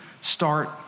start